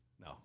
No